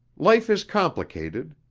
life is complicated,